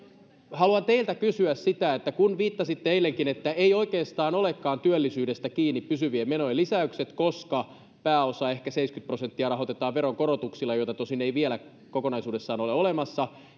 haluan teiltä kysyä kun viittasitte eilenkin siihen että eivät oikeastaan olekaan työllisyydestä kiinni pysyvien menojen lisäykset koska pääosa ehkä seitsemänkymmentä prosenttia rahoitetaan veronkorotuksilla joita tosin ei vielä kokonaisuudessaan ole olemassa